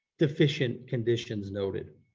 deficient conditions noted.